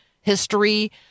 history